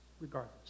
Regardless